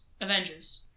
Avengers